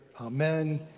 amen